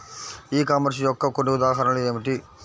ఈ కామర్స్ యొక్క కొన్ని ఉదాహరణలు ఏమిటి?